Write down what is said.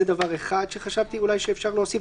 זה דבר אחד שחשבתי שאפשר להוסיף,